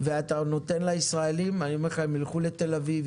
ואתה נותן לישראלים הם ילכו לתל-אביב,